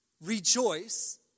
rejoice